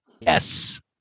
Yes